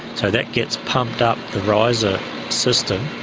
so that gets pumped up the riser system,